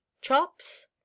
Chops